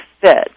fit